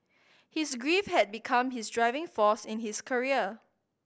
his grief had become his driving force in his career